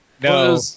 No